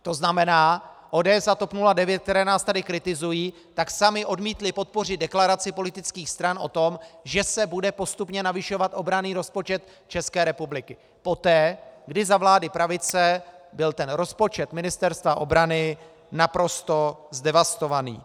To znamená, ODS a TOP 09, které nás tady kritizují, samy odmítly podpořit deklaraci politických stran o tom, že se bude postupně navyšovat obranný rozpočet České republiky, poté, kdy za vlády pravice byl ten rozpočet Ministerstva obrany naprosto zdevastovaný.